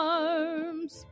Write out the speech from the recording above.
arms